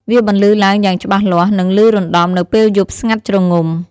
វាបន្លឺឡើងយ៉ាងច្បាស់លាស់ និងលឺរណ្ដំនៅពេលយប់ស្ងាត់ជ្រងំ។